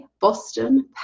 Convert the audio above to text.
Boston